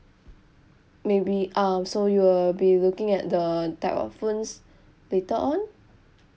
maybe um so you will be looking at the type of phones later on